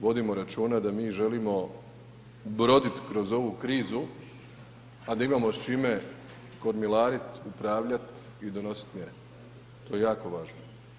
Vodimo računa da mi želimo brodit kroz ovu krizu, a da imamo s čime kormilarit, upravljat i donositi mjere, to je jako važno.